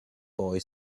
boy